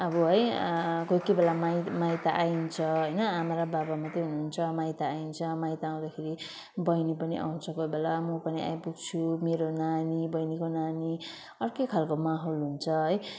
अब है कोही कोही बेला माइ माइत आइन्छ होइन आमा र बाबा मात्रै हुनुहुन्छ माइत आइन्छ माइत आउँदाखेरि बहिनी पनि आउँछ कोही बेला म पनि आइपुग्छु मेरो नानी बहिनीको नानी अर्कै खालको माहोल हुन्छ है